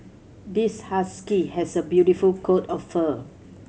this husky has a beautiful coat of fur